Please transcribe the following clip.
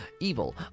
evil